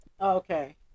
Okay